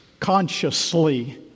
consciously